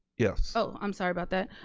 yes oh, i'm sorry about that.